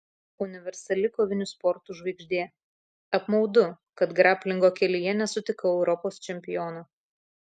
universali kovinių sportų žvaigždė apmaudu kad graplingo kelyje nesutikau europos čempiono